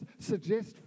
suggest